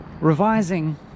revising